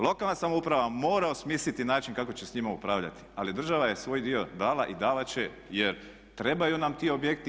Lokalna samouprava mora osmisliti način kako će s njima upravljati ali država je svoj dio dala i davati će jer trebaju nam ti objekti.